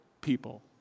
people